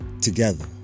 Together